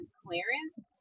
clearance